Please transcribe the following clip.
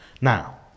Now